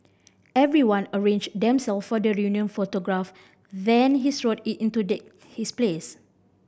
everyone arranged themselves for the reunion photograph then he strode it in to take his place